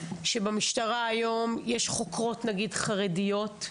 שבמשטרה היום יש חוקרות נגיד חרדיות.